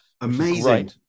Amazing